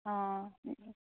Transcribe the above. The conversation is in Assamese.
অঁ